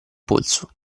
polso